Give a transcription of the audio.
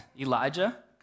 Elijah